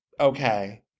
Okay